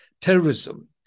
terrorism